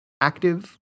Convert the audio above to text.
active